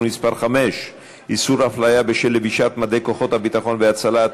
מס' 5) (איסור הפליה בשל לבישת מדי כוחות הביטחון וההצלה),